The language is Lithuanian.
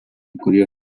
kurie